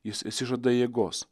jis išsižada jėgos